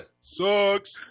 Sucks